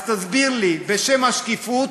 אז תסביר לי, בשם השקיפות,